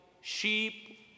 sheep